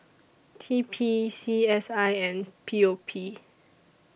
T P C S I and P O P